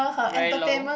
very low